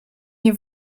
nie